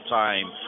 time